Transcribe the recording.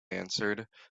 answered